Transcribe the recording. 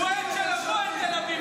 צריך רפורמה.